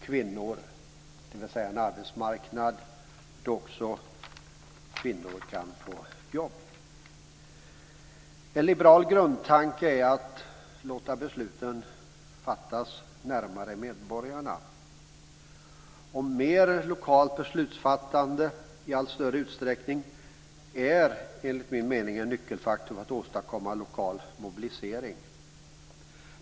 Kvinnor, dvs. en arbetsmarknad där också kvinnor kan få jobb. En liberal grundtanke är att låta besluten fattas närmare medborgarna. Mer lokalt beslutsfattande är, enligt min uppfattning, en nyckelfaktor för att åstadkomma lokal mobilisering.